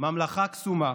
ממלכה קסומה